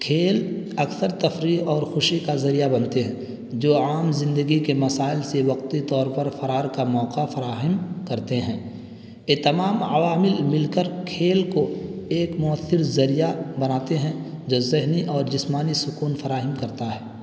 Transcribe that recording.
کھیل اکثر تفریح اور خوشی کا ذریعہ بنتے ہیں جو عام زندگی کے مسائل سے وقتی طور پر فرار کا موقع فراہم کرتے ہیں یہ تمام عوامل مل کر کھیل کو ایک مؤثر ذریعہ بناتے ہیں جو ذہنی اور جسمانی سکون فراہم کرتا ہے